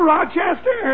Rochester